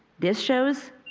this shows,